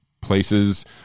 places –